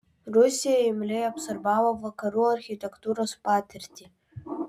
rusija imliai absorbavo vakarų architektūros patirtį